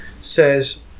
says